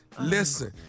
listen